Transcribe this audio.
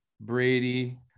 Brady